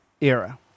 era